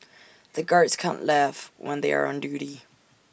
the guards can't laugh when they are on duty